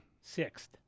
Sixth